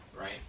right